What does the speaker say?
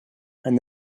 and